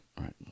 right